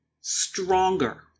stronger